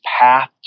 path